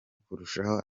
kurushaho